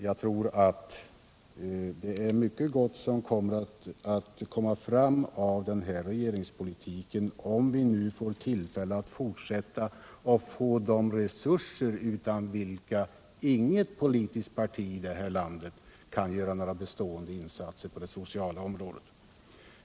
Jag tror att mycket gott kommer fram av den politiken, om vi får tillfälle att fortsätta och få de resurser utan vilka inget politiskt parti i det här landet kan göra några bestående insatser på det sociala området.